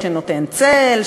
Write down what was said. שנותן צל,